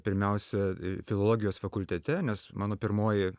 pirmiausia filologijos fakultete nes mano pirmoji